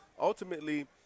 Ultimately